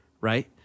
right